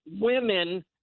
women